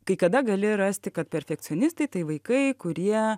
kai kada gali rasti kad perfekcionistai tai vaikai kurie